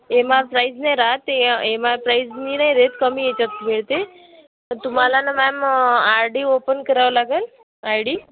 M R price नाही रहात ते ए एम आर प्राईजनी नाही देत कमी याच्यात मिळते तुम्हाला ना मॅम आर डी ओपन करावं लागेल आय डी